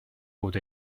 bod